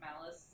Malice